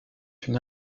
une